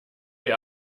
ihr